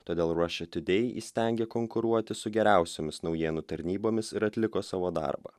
todėl rašia tiudei įstengė konkuruoti su geriausiomis naujienų tarnybomis ir atliko savo darbą